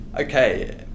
Okay